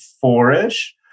four-ish